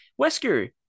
Wesker